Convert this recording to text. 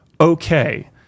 okay